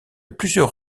plusieurs